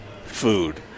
food